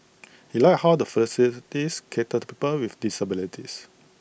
he liked how the facilities cater to people with disabilities